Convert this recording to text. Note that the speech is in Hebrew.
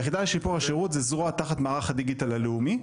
היחידה לשיפור השירות זאת זרוע תחת מערך הדיגיטל הלאומי.